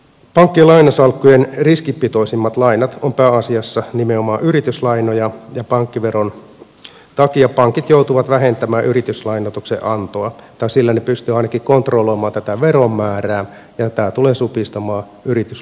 pankkien lainasalkkujen riskipitoisimmat lainat ovat pääasiassa nimenomaan yrityslainoja ja pankkiveron takia pankit joutuvat vähentämään yrityslainoituksen antoa tai sillä ne pystyvät ainakin kontrolloimaan tätä veron määrää ja tämä tulee supistamaan yrityslainoitusta